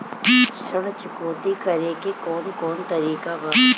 ऋण चुकौती करेके कौन कोन तरीका बा?